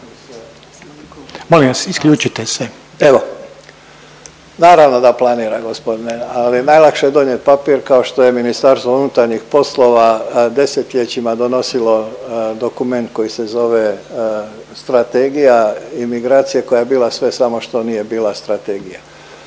da planira, g. .../nerazumljivo/... ali najlakše je donijeti papir, kao što je Ministarstvo unutarnjih poslova desetljećima donosilo dokument koji se zove strategija imigracija koja je bila sve, samo što nije bila strategija.